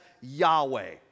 Yahweh